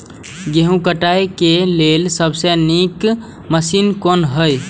गेहूँ काटय के लेल सबसे नीक मशीन कोन हय?